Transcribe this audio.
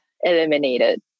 eliminated